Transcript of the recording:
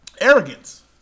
Arrogance